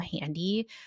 handy